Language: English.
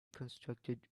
constructed